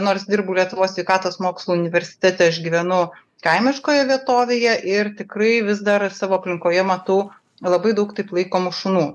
nors dirbu lietuvos sveikatos mokslų universitete aš gyvenu kaimiškoje vietovėje ir tikrai vis dar savo aplinkoje matau labai daug taip laikomų šunų